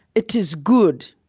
it is good